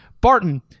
Barton